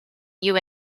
you